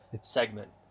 segment